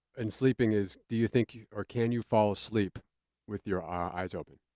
and sleeping is, do you think, or, can you fall asleep with your eyes open?